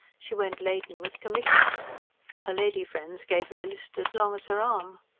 she went laden with commissions her lady-friends gave her a list as long as her arm.